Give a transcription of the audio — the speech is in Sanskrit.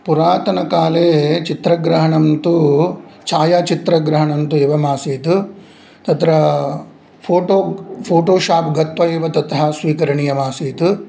पुरातनकाले चित्रग्रहणं तु छायाचित्रग्रहणं तु एवमासीत् तत्र फ़ोटो फ़ोटोशाप् गत्वा एव ततः स्वीकरणीयमासीत्